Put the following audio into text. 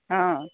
ହଁ